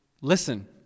listen